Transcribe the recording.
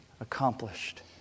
accomplished